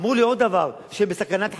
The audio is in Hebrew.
אמרו לי עוד דבר, שהם בסכנת חיים.